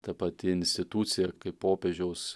ta pati institucija kaip popiežiaus